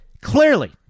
clearly